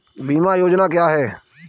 बीमा योजना क्या है?